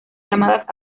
llamadas